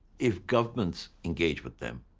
if governments engage with them,